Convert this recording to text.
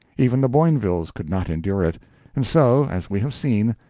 even the boinvilles could not endure it and so, as we have seen,